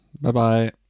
Bye-bye